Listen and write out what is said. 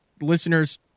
listeners